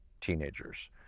teenagers